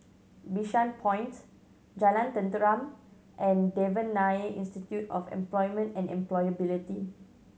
Bishan Point Jalan Tenteram and Devan Nair Institute of Employment and Employability